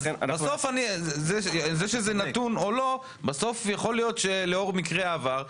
בסוף יכול להיות שלאור מקרי העבר,